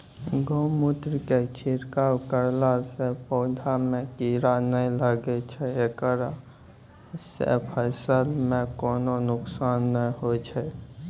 गोमुत्र के छिड़काव करला से पौधा मे कीड़ा नैय लागै छै ऐकरा से फसल मे कोनो नुकसान नैय होय छै?